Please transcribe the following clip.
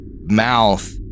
mouth